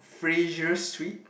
Fraser Suite